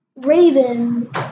Raven